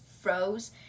froze